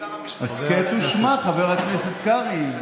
הסכת ושמע, חבר הכנסת קרעי.